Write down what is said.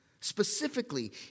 Specifically